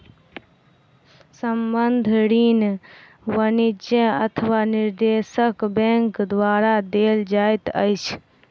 संबंद्ध ऋण वाणिज्य अथवा निवेशक बैंक द्वारा देल जाइत अछि